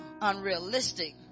unrealistic